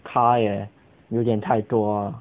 car 也有点太多啊